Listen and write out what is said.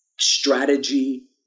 strategy